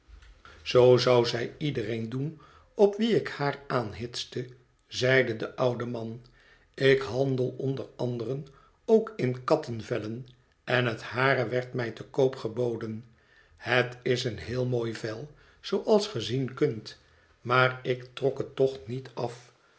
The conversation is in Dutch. zoo zou zij iedereen doen op wien ik haar aanhitste zeide de oude man ik handel onder anderen ook in kattevellen en het hare werd mij te koop geboden het is een heel mooi vel zooals ge zien kunt maar ik trok het toch niet af